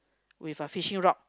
with a fishing rod